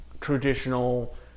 traditional